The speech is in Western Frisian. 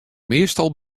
meastal